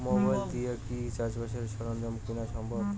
Mobile দিয়া কি চাষবাসের সরঞ্জাম কিনা সম্ভব?